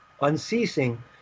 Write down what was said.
unceasing